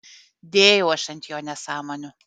dėjau aš ant jo nesąmonių